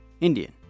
Indian